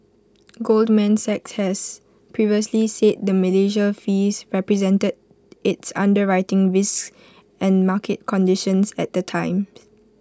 Goldman Sachs has previously said the Malaysia fees represented its underwriting risks and market conditions at the time